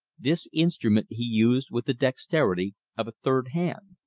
this instrument he used with the dexterity of a third hand.